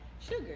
sugar